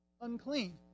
Unclean